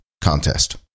contest